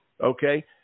Okay